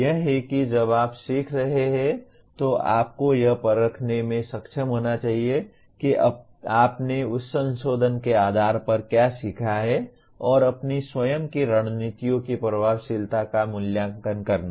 यह है कि जब आप सीख रहे हैं तो आपको यह परखने में सक्षम होना चाहिए कि आपने उस संशोधन के आधार पर क्या सीखा है और अपनी स्वयं की रणनीतियों की प्रभावशीलता का मूल्यांकन करना